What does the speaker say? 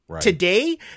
today